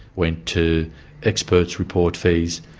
went to experts' report fees,